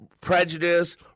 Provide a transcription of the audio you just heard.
prejudice